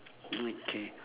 mm k